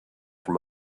from